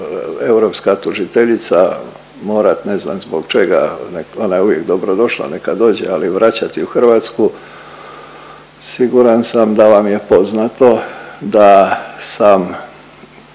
europska tužiteljica moram ne znam zbog čega, ona je uvijek dobrodošla neka dođe ali vraćati u Hrvatsku siguran vam je da vam je poznato da sam